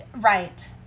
Right